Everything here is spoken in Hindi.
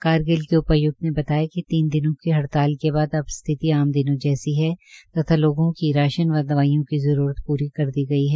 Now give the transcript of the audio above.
कारगिल के उपायुक्त ने बताया कि तीन दिनों की हड़ताल के बाद अब स्थिति आम दिनों जैसी है तथा लोगों की राशन व दवाईयों की जरूरत पूरी कर दी गई है